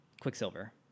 Quicksilver